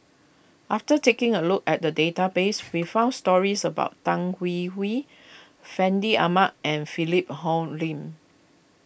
after taking a look at the database we found stories about Tan Hwee Hwee Fandi Ahmad and Philip Hoalim